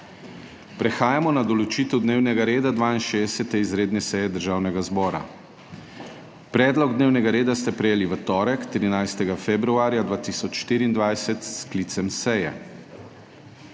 Prehajamo na določitev dnevnega reda 62. izredne seje Državnega zbora. Predlog dnevnega reda ste prejeli v torek, 13. februarja 2024, s sklicem seje.